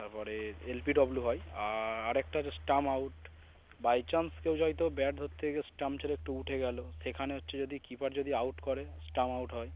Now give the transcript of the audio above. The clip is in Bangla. তারপরে এলবিডব্লিউ হয় আর আরেকটা আচ্ছে স্টাম্প আউট বাই চান্স কেউ হয়তো ব্যাট ধরতে গিয়ে স্টাম্প ছেড়ে একটু উঠে গেলো সেখানে হচ্ছে যদি কিপার যদি আউট করে স্টাম্প আউট হয়